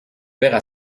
verra